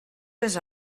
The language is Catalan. les